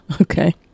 okay